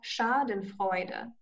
Schadenfreude